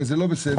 וזה לא בסדר,